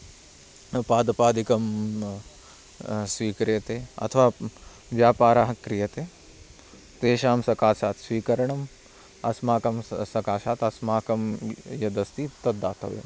न पादपादिकं स्वीक्रियते अथवा व्यापारः क्रियते तेषां सकाशात् स्वीकरणम् अस्माकं सकाशात् अस्माकं यद् अस्ति तद् दातव्यं